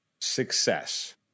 success